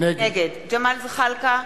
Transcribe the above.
נגד ג'מאל זחאלקה,